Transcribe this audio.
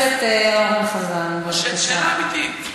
שאלה, שאלה אמיתית.